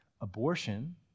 abortion